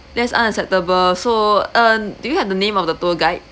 that's unacceptable so um do you have the name of the tour guide